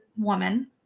woman